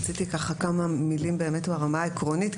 רציתי ככה כמה מילים באמת ברמה העקרונית,